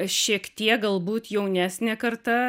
šiek tiek galbūt jaunesnė karta